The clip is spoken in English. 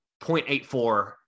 0.84